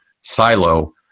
silo